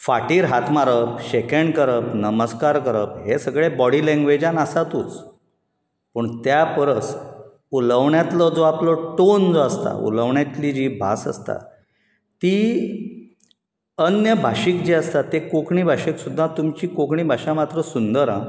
फाटीर हात मारप शेक हॅण्ड करप नमस्कार करप हें सगळे बॉडी लँग्वेजान आसातूच पूण त्या परस उलवण्यांतलो जो आपलो टोन जो आसता उलवण्यातली जी भास आसता ती अन्य भाशीक जे आसतात ते कोंकणी भाशेक सुद्दा तुमची कोंकणी भाशा मात्र सुंदर आ